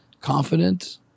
confident